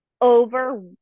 over